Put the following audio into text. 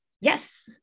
Yes